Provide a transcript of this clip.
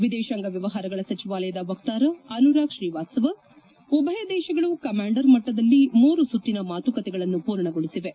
ವಿದೇಶಾಂಗ ವ್ಯವಹಾರಗಳ ಸಚಿವಾಲಯದ ವಕ್ತಾರ ಅನುರಾಗ್ ಶ್ರೀವಾತ್ಸವ ಉಭಯ ದೇಶಗಳು ಕಮಾಂಡರ್ ಮಟ್ಟದಲ್ಲಿ ಮೂರು ಸುತ್ತಿನ ಮಾತುಕತೆಗಳನ್ನು ಪೂರ್ಣಗೊಳಿಸಿವೆ